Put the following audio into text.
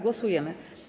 Głosujemy.